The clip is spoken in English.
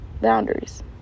Boundaries